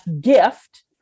gift